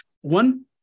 One